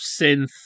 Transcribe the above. synth